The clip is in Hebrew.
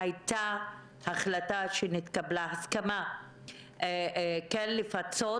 הייתה הסכמה כן לפצות,